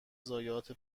ضایعات